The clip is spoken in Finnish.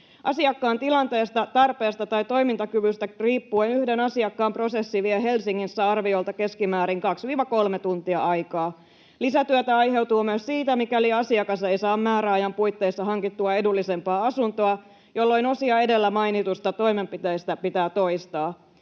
Asiakkaan tilanteesta, tarpeesta tai toimintakyvystä riippuen yhden asiakkaan prosessi vie Helsingissä arviolta keskimäärin 2—3 tuntia aikaa. Lisätyötä aiheutuu myös siitä, mikäli asiakas ei saa määräajan puitteissa hankittua edullisempaa asuntoa, jolloin osia edellä mainituista toimenpiteistä pitää toistaa.